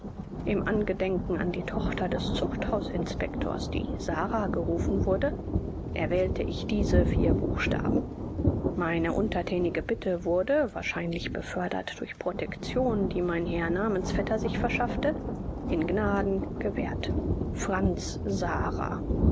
im angedenken an die tochter des zuchthaus inspectors die sara gerufen wurde erwählte ich diese vier buchstaben meine unterthänige bitte wurde wahrscheinlich befördert durch protection die mein herr namensvetter sich verschaffte in gnaden gewährt franz sara